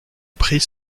prit